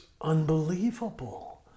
unbelievable